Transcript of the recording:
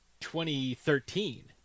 2013